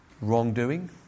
wrongdoing